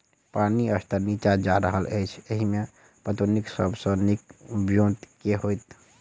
पानि स्तर नीचा जा रहल अछि, एहिमे पटौनीक सब सऽ नीक ब्योंत केँ होइत?